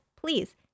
please